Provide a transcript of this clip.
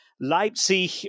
Leipzig